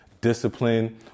discipline